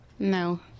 No